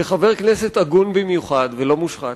כחבר כנסת הגון במיוחד ולא מושחת.